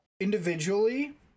individually